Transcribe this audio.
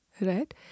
right